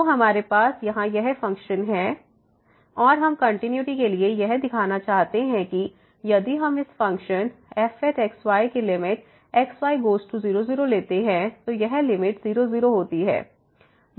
तो हमारे यहां यह फ़ंक्शन है fxyxysin 1xy xy≠0 0 और हम कंटिन्यूटी के लिए यह दिखाना चाहते हैं कि यदि हम इस फ़ंक्शन fx y की limit x y goes to 0 0लेते हैं तो यह लिमिट 0 0 होती है